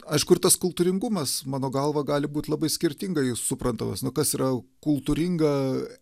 aišku ir tas kultūringumas mano galva gali būt labai skirtingai suprantamas nu kas yra kultūrynga